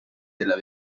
della